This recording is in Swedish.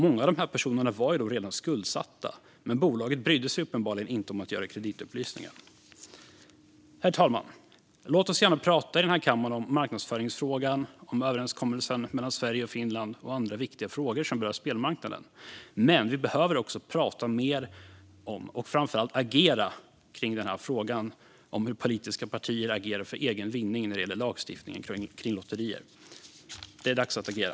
Många av dessa personer var då redan skuldsatta, men bolaget brydde sig uppenbarligen inte om att göra kreditupplysningar. Herr talman! Låt oss gärna prata i den här kammaren om marknadsföringsfrågan, om överenskommelsen mellan Sverige och Finland och om andra viktiga frågor som rör spelmarknaden. Men vi behöver också prata mer om och framför allt agera i frågan om hur politiska partier agerar för egen vinning när det gäller lagstiftningen kring lotterier. Det är dags att agera.